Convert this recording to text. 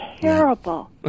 terrible